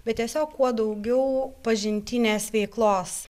bet tiesiog kuo daugiau pažintinės veiklos